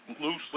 loosely